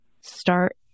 start